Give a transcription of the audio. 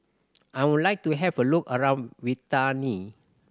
I would like to have a look around Vientiane